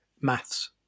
maths